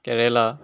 কেৰেলা